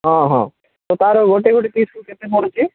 ହଁ ହଁ ତ ତାର ଗୋଟେ ଗୋଟେ ପିସ୍କୁ କେତେ ପଡ଼ୁଛି